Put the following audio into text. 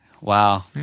wow